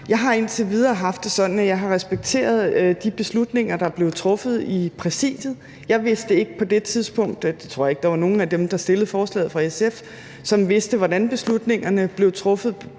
jeg har respekteret de beslutninger, der blev truffet i Præsidiet. Jeg vidste ikke på det tidspunkt – og det tror jeg ikke der